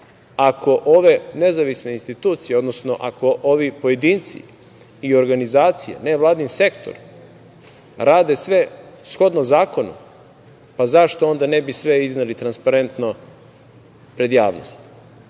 ako ove nezavisne institucije, odnosno ako ovi pojedinci i organizacije, nevladin sektor rade sve shodno zakonu, pa zašto onda ne bi sve izneli transparentno pred javnost,